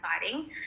exciting